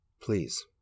Please